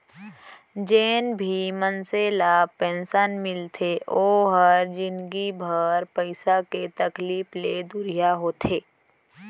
जेन भी मनसे ल पेंसन मिलथे ओ ह जिनगी भर पइसा के तकलीफ ले दुरिहा होथे